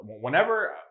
Whenever